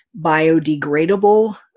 biodegradable